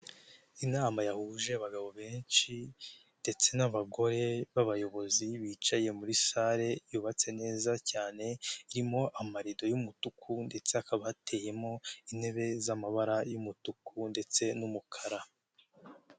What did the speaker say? Inama yahuje abagabo benshi ndetse n'abagore b'abayobozi bicaye muri sale yubatse neza cyane irimo amarido y'umutuku ndetse hakaba ateyemo intebe z'amabara y'umutuku ndetse n'umukara.